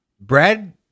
Brad